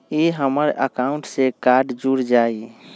ई हमर अकाउंट से कार्ड जुर जाई?